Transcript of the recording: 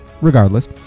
regardless